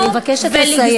אני מבקשת לסיים.